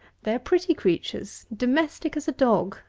they are pretty creatures, domestic as a dog,